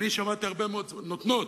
נותנות,